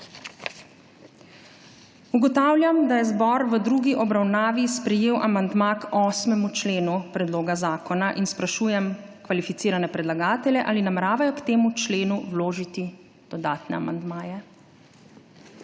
Ugotavljam, da je zbor v drugi obravnavi sprejel amandma k 8. členu predloga zakona in sprašujem kvalificirane predlagatelje, ali nameravajo k temu členu vložiti dodatne amandmaje.